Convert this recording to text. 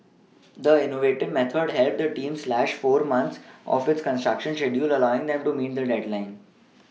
the innovative method helped the team slash four months off its construction check deal allowing them to meet the deadline